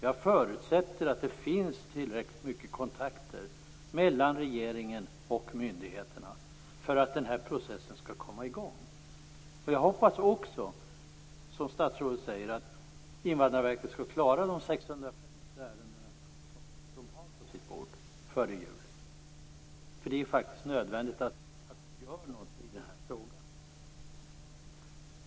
Jag förutsätter att det finns tillräckligt många kontakter mellan regeringen och myndigheterna för att processen skall komma i gång. Jag hoppas också, som statsrådet säger, att Invandrarverket skall klara de 650 ärenden som ligger på verkets bord före jul. Det är faktiskt nödvändigt att göra något i frågan.